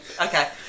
Okay